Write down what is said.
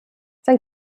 sein